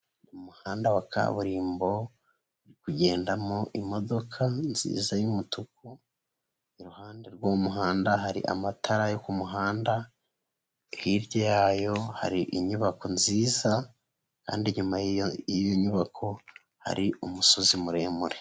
Umuhanda wa kaburimbo uri kugendamo imodoka nziza y'umutuku, iruhande rw'umuhanda hari amatara yo ku muhanda, hirya yayo hari inyubako nziza kandi inyuma iyo nyubako hari umusozi muremure.